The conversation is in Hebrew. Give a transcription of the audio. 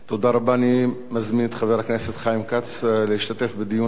אני מזמין את חבר הכנסת חיים כץ להשתתף בדיון על הצעת החוק.